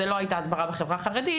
לא הייתה הסברה בחברה החרדית,